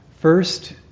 First